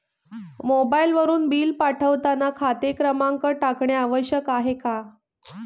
मोबाईलवरून बिल पाठवताना खाते क्रमांक टाकणे आवश्यक आहे का?